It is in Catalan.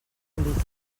polític